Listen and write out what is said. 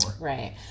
right